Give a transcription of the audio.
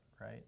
right